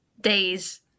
days